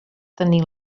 tenir